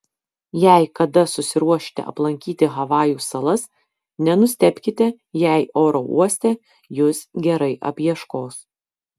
jei kada susiruošite aplankyti havajų salas nenustebkite jei oro uoste jus gerai apieškos